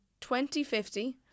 2050